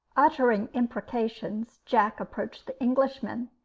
uttering imprecations, jack approached the englishman,